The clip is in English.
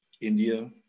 India